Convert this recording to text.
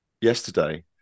yesterday